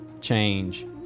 change